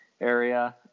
area